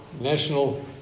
national